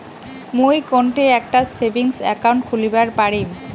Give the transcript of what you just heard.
মুই কোনঠে একটা সেভিংস অ্যাকাউন্ট খুলিবার পারিম?